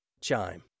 Chime